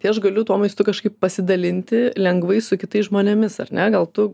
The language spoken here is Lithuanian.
tai aš galiu tuo maistu kažkaip pasidalinti lengvai su kitais žmonėmis ar ne gal tu